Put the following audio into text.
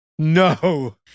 No